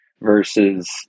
versus